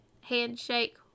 Handshake